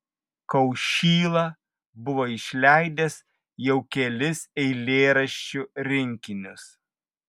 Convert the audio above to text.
kaušyla buvo išleidęs jau kelis eilėraščių rinkinius